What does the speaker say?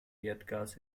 erdgas